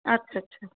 আচ্ছা আচ্ছা